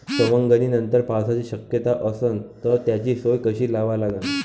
सवंगनीनंतर पावसाची शक्यता असन त त्याची सोय कशी लावा लागन?